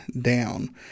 down